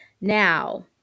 Now